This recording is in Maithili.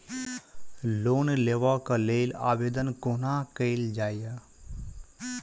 लोन लेबऽ कऽ लेल आवेदन कोना कैल जाइया?